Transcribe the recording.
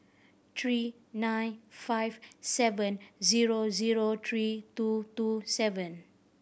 three nine five seven zero zero three two two seven